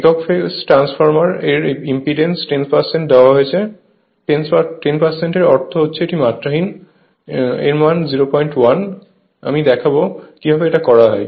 একক phase transformer এর impedance 10 দেওয়া রয়েছে 10 এর অর্থ এটি মাত্রাহীন এর মানে 01 আমি দেখাব কিভাবে এটা করা যায়